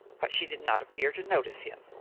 but she did not appear to notice him,